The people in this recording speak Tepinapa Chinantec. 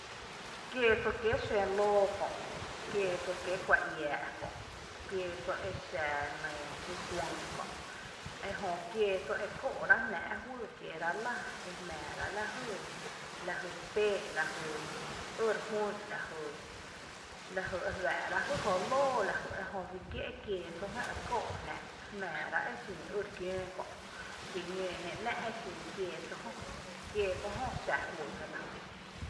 Quéeso xǿǿ lóo kö’, quéeso kiée’ kuⱥ iⱥⱥ’ kö’, quéeso exⱥ jé kuïï’ kö’, ejö quéeso e kóo’ jnⱥⱥ’ juyy kieerá’ lⱥ ejmⱥⱥrá’ lajy pee’ lajy ý re jú’n lajy, lajy ejuⱥⱥ’ra jý jóoó lóoó lajy ejö juí kié’ quéeso jö ekóo’ jnⱥ’ jmⱥⱥrá’ exin ý re kiǿǿ kö’ bii ñǿǿ jé ‘ná’ exin quéeso jö, quéeso jö xa juyy jélⱥ.